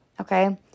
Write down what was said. okay